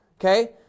okay